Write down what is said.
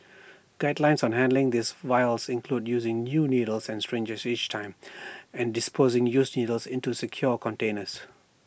guidelines on handling these vials include using new needles and strangers each time and disposing used needles into secure containers